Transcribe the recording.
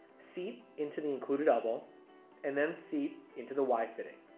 seat into the included elbow and then seat into the y fitting.